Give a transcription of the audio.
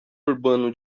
urbano